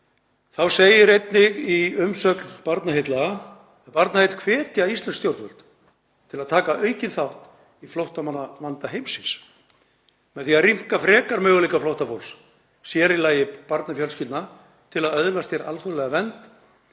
Þá segir einnig í umsögn Barnaheilla: „Barnaheill hvetja íslensk stjórnvöld til að taka aukinn þátt í flóttamannavanda heimsins með því að rýmka frekar möguleika flóttafólks, sér í lagi barnafjölskyldna, til að öðlast hér alþjóðlega vernd